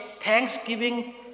Thanksgiving